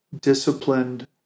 disciplined